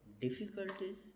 difficulties